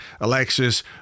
Alexis